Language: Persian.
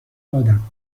دادم